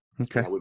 Okay